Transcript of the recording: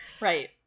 Right